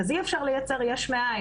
אז אי אפשר לייצר יש מאין.